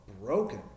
broken